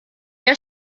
der